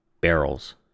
barrels